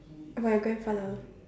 about your grandfather